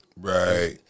right